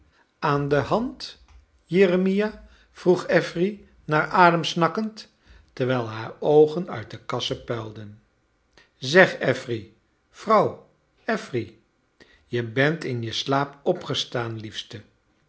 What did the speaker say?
aan de hand jeremia vroeg affery naar adorn snakkend terwijl haar oogen uit de kassen puilden zeg affery vrouw affery je bent in je slaap opgestaan liefstel